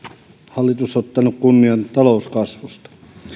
hallitus ottanut kunnian talouskasvusta